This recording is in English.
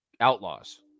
Outlaws